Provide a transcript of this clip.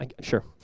sure